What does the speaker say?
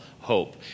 hope